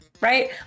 Right